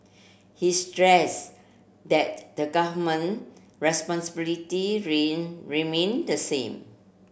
he stress that the Government responsibility remain the same